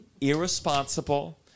irresponsible